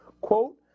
quote